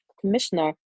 Commissioner